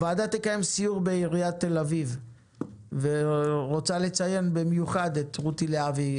הוועדה תקיים סיור בעיריית תל אביב ורוצה לציין במיוחד את מיטל להבי,